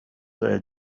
they